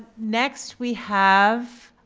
next we have